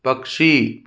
पक्षी